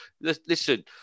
listen